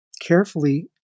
carefully